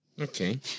Okay